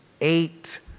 eight